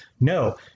No